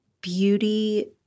Beauty